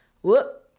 whoop